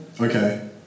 Okay